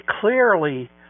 clearly